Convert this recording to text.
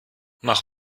mach